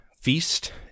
feast